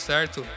Certo